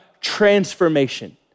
transformation